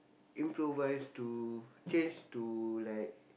improvise to change to like